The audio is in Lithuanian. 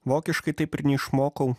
vokiškai taip ir neišmokau